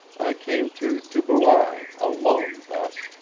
i came to tubuai, alone thus,